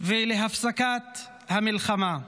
ולהפסקת המלחמה.